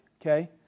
okay